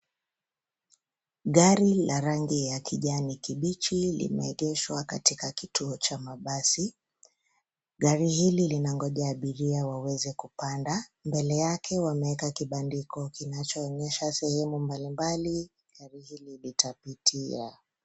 Gari la rangi la kijani kibichi limeegeshwa katika kituo cha mabasi. Gari hili linangonja abiria waweze kupanda. Mbele yake wameeka kibandiko kinacho onyesha sehemu mbali mbali gari hili litapitia.